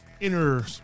inner